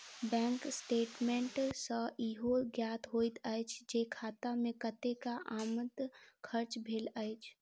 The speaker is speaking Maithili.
बैंक स्टेटमेंट सॅ ईहो ज्ञात होइत अछि जे खाता मे कतेक के आमद खर्च भेल अछि